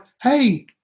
hey